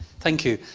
thank you.